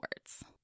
words